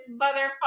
motherfucker